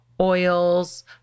oils